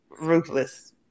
ruthless